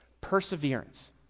perseverance